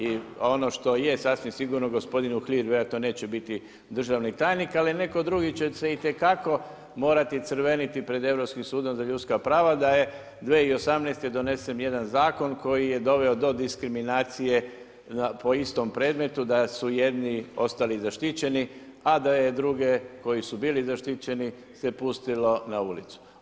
I ono što je sasvim sigurnost, gospodin Uhlir vjerojatno neće biti državni tajnik ali netko drugi će se itekako morati crveniti pred Europskim sudom za ljudska prava je 2018. donesen jedan zakon koji je doveo do diskriminacije po istom predmetu da su jedni ostali zaštićeni a da je druge koji su bili zaštićeni se pustilo na ulicu.